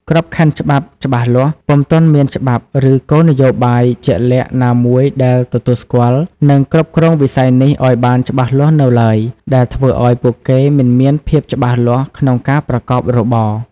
ខ្វះក្របខ័ណ្ឌច្បាប់ច្បាស់លាស់ ពុំទាន់មានច្បាប់ ឬគោលនយោបាយជាក់លាក់ណាមួយដែលទទួលស្គាល់ និងគ្រប់គ្រងវិស័យនេះឱ្យបានច្បាស់លាស់នៅឡើយ ដែលធ្វើឱ្យពួកគេមិនមានភាពច្បាស់លាស់ក្នុងការប្រកបរបរ ។